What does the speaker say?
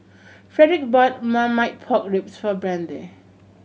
Fredric bought Marmite Pork Ribs for Brandee